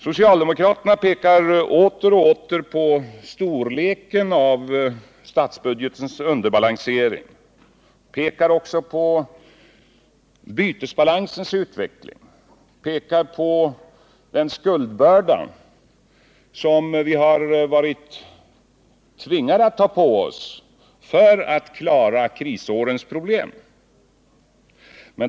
Socialdemokraterna pekar ständigt på storleken av statsbudgetens underbalansering, bytesbalansens utveckling och på den skuldbörda som vi har varit tvingade att ta på oss för att klara krisårens problem.